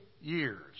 years